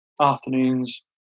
afternoons